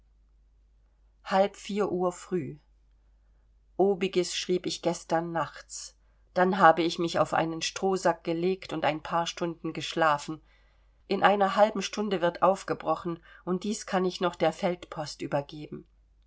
halb vier uhr früh obiges schrieb ich gestern nachts dann habe ich mich auf einen strohsack gelegt und ein paar stunden geschlafen in einer halben stunde wird aufgebrochen und dies kann ich noch der feldpost übergeben